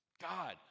God